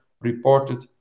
reported